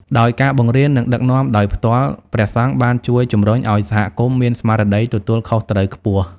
ដោយការបង្រៀន និងដឹកនាំដោយផ្ទាល់ ព្រះសង្ឃបានជួយជំរុញឱ្យសហគមន៍មាន ស្មារតីទទួលខុសត្រូវខ្ពស់។